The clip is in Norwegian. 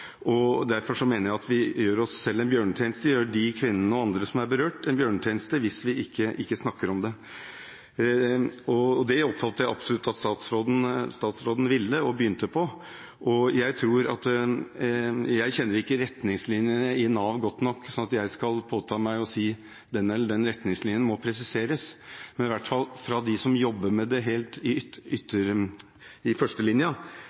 dette. Derfor mener jeg at vi gjør oss selv en bjørnetjeneste, gjør de kvinnene og andre som er berørt, en bjørnetjeneste, hvis vi ikke snakker om det. Det oppfatter jeg absolutt at statsråden ville og begynte på. Jeg kjenner ikke retningslinjene i Nav godt nok til at jeg skal påta meg å si den eller den retningslinjen må presiseres, men i hvert fall fra dem som jobber med det helt i førstelinjen, meldes det at det er forskjellig praksis, uklar praksis, så det er i